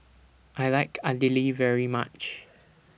I like Idili very much